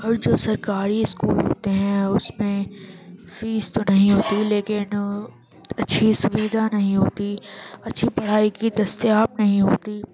اور جو سرکاری اسکول ہوتے ہیں اس میں فیس تو نہیں ہوتی لیکن اچھی سویدھا نہیں ہوتی اچھی پڑھائی کی دستیاب نہیں ہوتی